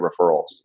referrals